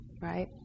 right